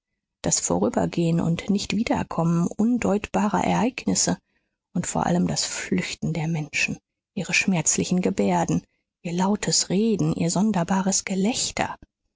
das vorübergehen und nichtwiederkommen undeutbarer ereignisse und vor allem das flüchten der menschen ihre schmerzlichen gebärden ihr lautes reden ihr sonderbares gelächter